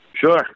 Sure